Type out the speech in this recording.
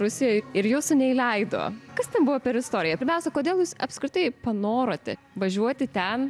rusijoj ir jūsų neįleido kas tai buvo per istorija pirmiausia kodėl jūs apskritai panorote važiuoti ten